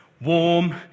warm